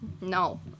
no